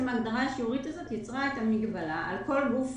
ההגדרה השיעורית הזאת יצרה את המגבלה על כל גוף פיננסי,